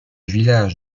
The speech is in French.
village